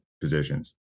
positions